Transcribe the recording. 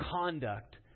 conduct